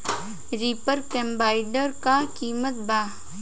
Reaper कम्बाइंडर का किमत बा?